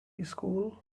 school